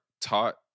taught